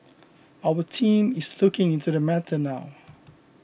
our team is looking into the matter now